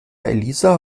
elisa